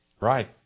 Right